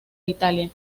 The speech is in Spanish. italia